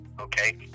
Okay